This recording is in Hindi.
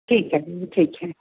ठीक है दीदी ठीक है